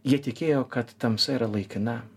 jie tikėjo kad tamsa yra laikina